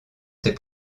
ces